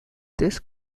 this